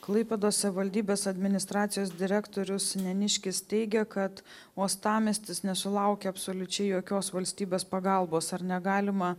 klaipėdos savivaldybės administracijos direktorius neniškis teigia kad uostamiestis nesulaukė absoliučiai jokios valstybės pagalbos ar negalima